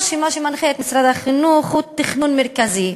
או שמה שמנחה את משרד החינוך הוא תכנון מרכזי,